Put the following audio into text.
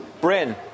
Bryn